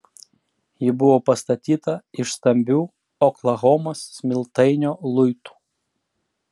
ji buvo pastatyta iš stambių oklahomos smiltainio luitų